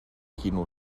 kino